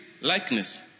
likeness